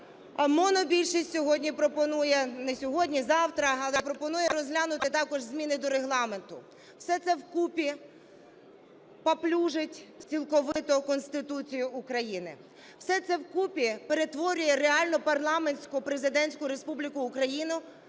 але пропонує розглянути також зміни до Регламенту. Все це в купі паплюжить цілковито Конституцію України, все це в купі перетворює реально парламентсько-президентську республіку Україну